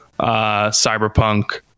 cyberpunk